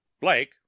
Blake